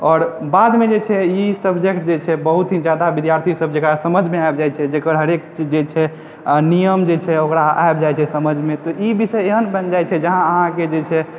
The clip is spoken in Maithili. आओर बादमे जे छै ई सबजेक्ट जे छै बहुत ही जादा विद्यार्थी सब जकरा समझमे आबि जाइ छै जकर हरेक चीज जे छै आओर नियम जे छै ओकरा आबि जाइ छै समझमे तऽ ई विषय एहन बनि जाइ छै जहाँ अहाँके जे छै